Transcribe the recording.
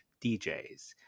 djs